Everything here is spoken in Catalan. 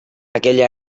aquella